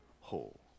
whole